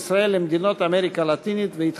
ישראל למדינות אמריקה הלטינית והתחזקו.